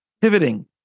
Pivoting